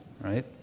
right